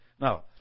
Now